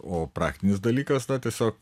o praktinis dalykas na tiesiog